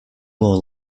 more